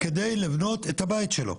על מנת לבנות את הבית שלו.